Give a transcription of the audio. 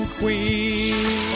queen